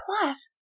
Plus